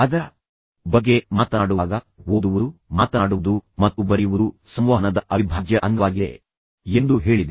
ಅದರ ಬಗ್ಗೆ ಮಾತನಾಡುವಾಗ ಓದುವುದು ಮಾತನಾಡುವುದು ಮತ್ತು ಬರೆಯುವುದು ಸಂವಹನದ ಅವಿಭಾಜ್ಯ ಅಂಗವಾಗಿದೆ ಎಂದು ನಾನು ಹೇಳಿದೆ